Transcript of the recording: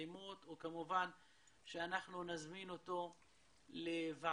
ובאלימות וכמובן שאנחנו נזמין אותו לוועדה